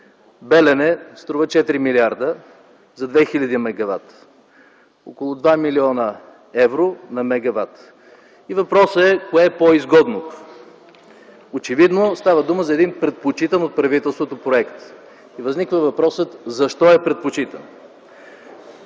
„Белене” струва 4 милиарда за 2000 мегавата. Около 2 млн. евро на мегават. И въпросът е кое е по-изгодното. Очевидно става дума за един предпочетен от правителството проект. Възниква въпросът защо е предпочетен?